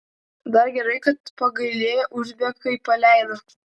dar gerai kad pagailėję uzbekai paleido